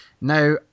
now